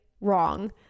Wrong